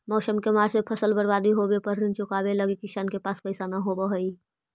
मौसम के मार से फसल बर्बाद होवे पर ऋण चुकावे लगी किसान के पास पइसा न होवऽ हइ